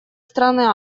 страны